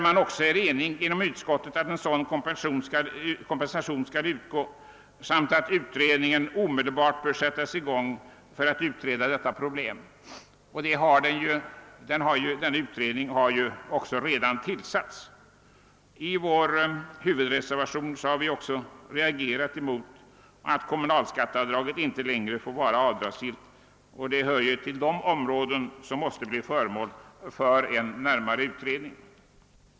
Utskottet är enigt om att en sådan kompensation skall utgå samt att utredning bör sättas i gång för att undersöka problemet. Utredningen har för övrigt redan tillsatts. I vår huvudreservation har vi också reagerat mot att kommunalskatteavdraget inte längre får vara avdragsgillt; detta hör till de områden som måste bli föremål för en närmare utredning.